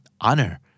Honor